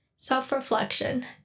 self-reflection